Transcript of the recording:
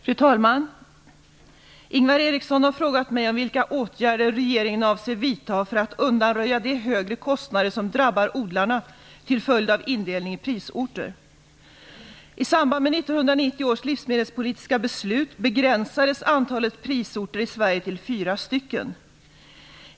Fru talman! Ingvar Eriksson har frågat mig vilka åtgärder regeringen avser vidta för att undanröja de högre kostnader som drabbar odlarna till följd av indelningen i prisorter. I samband med 1990 års livsmedelspolitiska beslut begränsades antalet prisorter i Sverige till fyra stycken.